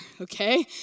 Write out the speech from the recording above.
okay